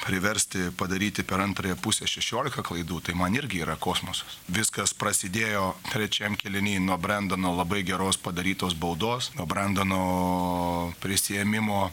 priversti padaryti per antrąją pusę šešiolika klaidų tai man irgi yra kosmosas viskas prasidėjo trečiam kėliny nuo brendono labai geros padarytos baudos nuo brendono nuo prisiėmimo